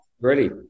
Ready